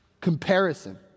comparison